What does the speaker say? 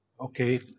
Okay